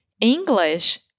English